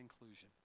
inclusion